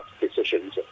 decisions